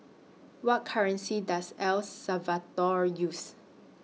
What currency Does El Salvador use